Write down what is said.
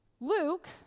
Luke